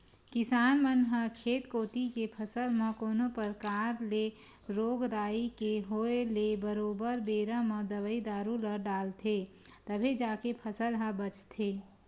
किसान मन ह खेत कोती के फसल म कोनो परकार ले रोग राई के होय ले बरोबर बेरा म दवई दारू ल डालथे तभे जाके फसल ह बचथे